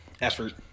effort